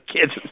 kids